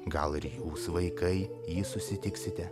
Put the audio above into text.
gal ir jūs vaikai susitiksite